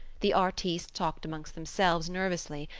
the artistes talked among themselves nervously,